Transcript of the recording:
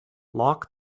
lock